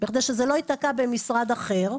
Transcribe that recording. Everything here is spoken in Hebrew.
בכדי שזה לא יתקע במשרד אחר,